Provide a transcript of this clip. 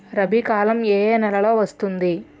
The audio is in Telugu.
రబీ కాలం ఏ ఏ నెలలో వస్తుంది?